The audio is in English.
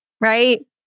right